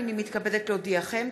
הנני מתכבדת להודיעכם,